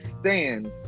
stand